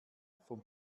vom